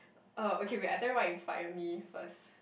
oh okay wait I tell you what inspired me first